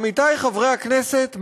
עמיתי חברי הכנסת,